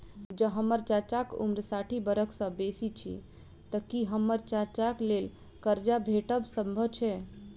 जँ हम्मर चाचाक उम्र साठि बरख सँ बेसी अछि तऽ की हम्मर चाचाक लेल करजा भेटब संभव छै?